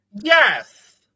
Yes